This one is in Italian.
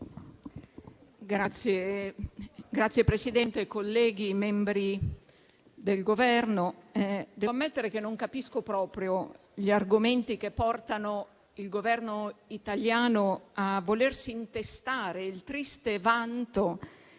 Signora Presidente, colleghi, membri del Governo, devo ammettere che non capisco proprio gli argomenti che portano il Governo italiano a volersi intestare il triste vanto